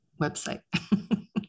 website